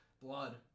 Blood